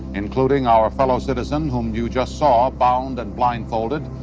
including our fellow citizen whom you just saw bound and blindfolded,